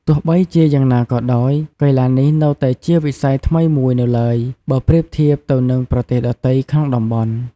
ទោះបីជាយ៉ាងណាក៏ដោយ កីឡានេះនៅតែជាវិស័យថ្មីមួយនៅឡើយបើប្រៀបធៀបទៅនឹងប្រទេសដទៃក្នុងតំបន់។